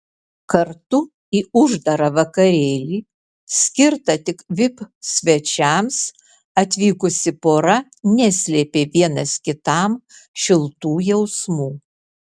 kartu į uždarą vakarėlį skirtą tik vip svečiams atvykusi pora neslėpė vienas kitam šiltų jausmų